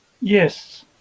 Yes